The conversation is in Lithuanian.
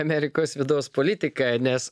amerikos vidaus politiką nes